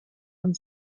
man